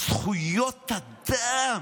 זכויות אדם.